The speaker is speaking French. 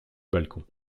balcon